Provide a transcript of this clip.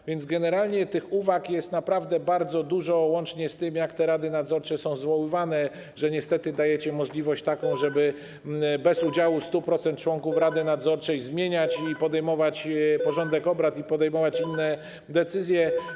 A więc generalnie tych uwag jest naprawdę bardzo dużo, łącznie z tym, jak te rady nadzorcze są zwoływane - niestety dajecie możliwość taką, żeby bez udziału 100% członków rady nadzorczej zmieniać porządek obrad i podejmować inne decyzje.